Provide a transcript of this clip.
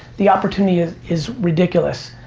the opportunity is is ridiculous.